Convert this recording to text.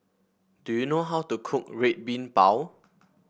do you know how to cook Red Bean Bao